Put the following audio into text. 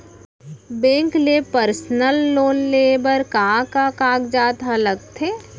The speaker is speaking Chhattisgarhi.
बैंक ले पर्सनल लोन लेये बर का का कागजात ह लगथे?